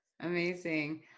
amazing